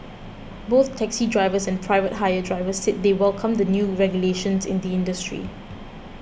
both taxi drivers and private hire drivers said they welcome the new regulations in the industry